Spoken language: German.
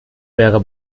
wäre